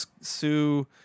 sue